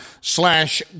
slash